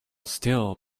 still